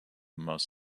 most